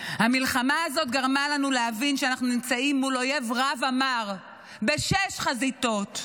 המלחמה הזאת גרמה לנו להבין שאנחנו נמצאים מול אויב רע ומר בשש חזיתות.